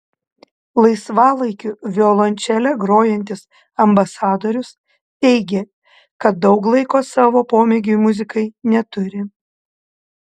laisvalaikiu violončele grojantis ambasadorius teigė kad daug laiko savo pomėgiui muzikai neturi